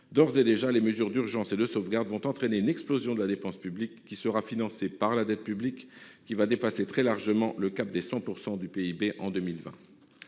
D'ores et déjà, les mesures d'urgence et de sauvegarde vont entraîner une explosion de la dépense publique, qui sera financée par la dette publique, laquelle va dépasser très largement le cap des 100 % du PIB en 2020.